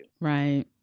Right